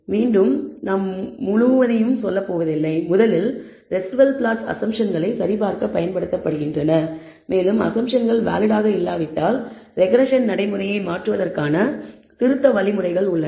மீண்டும் நான் முழு விஷயத்திற்கும் செல்லப் போவதில்லை முதலில் ரெஸிடுவல் ப்ளாட்ஸ் அஸம்ப்ஷன்களைச் சரிபார்க்கப் பயன்படுத்தப்படுகின்றன மேலும் அஸம்ப்ஷன்கள் வேலிட் ஆக இல்லாவிட்டால் ரெக்ரெஸ்ஸன் நடைமுறையை மாற்றுவதற்கான வழிமுறைகள் உள்ளன